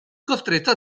costretto